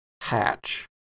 hatch